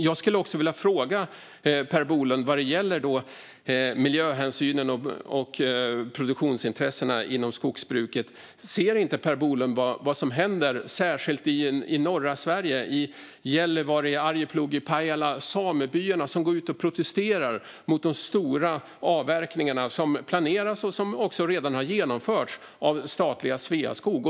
Jag skulle också vilja fråga Per Bolund apropå miljöhänsynen och produktionsintressena i skogsbruket: Ser inte Per Bolund vad som händer särskilt i norra Sverige, i Gällivare, Arjeplog och Pajala, och samebyarna som går ut och protesterar mot de stora avverkningar som planeras och också redan har genomförts av statliga Sveaskog?